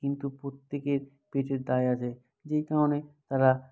কিন্তু প্রত্যেকের পেটের দায় আছে যেই কারণে তারা